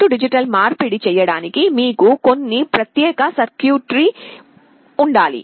A D మార్పిడి చేయడానికి మీకు కొన్ని ప్రత్యేక సర్క్యూట్రీ ఉండాలి